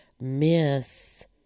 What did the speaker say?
miss